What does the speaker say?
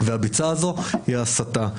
הביצה הזאת היא ההסתה.